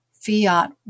Fiat